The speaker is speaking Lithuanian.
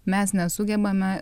mes nesugebame